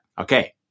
Okay